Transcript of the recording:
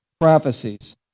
prophecies